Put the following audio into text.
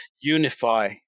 unify